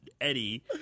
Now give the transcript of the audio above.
Eddie